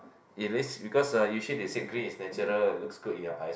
it is because uh usually they say green is natural it looks good in your eyes